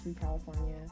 California